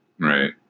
right